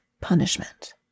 punishment